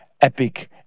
epic